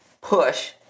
push